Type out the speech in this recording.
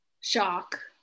shock